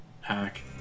hack